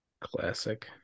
Classic